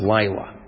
Laila